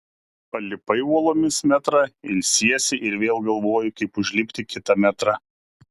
palipai uolomis metrą ilsiesi ir vėl galvoji kaip užlipti kitą metrą